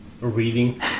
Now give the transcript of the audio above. reading